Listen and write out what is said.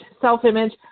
self-image